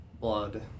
Blood